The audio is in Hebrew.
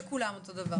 לא, לכולם אותו דבר.